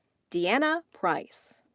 deanna price.